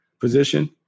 position